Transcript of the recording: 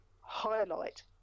highlight